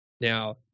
Now